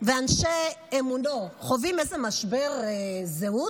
ואנשי אמונו חווים איזשהו משבר זהות?